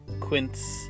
quince